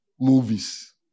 Movies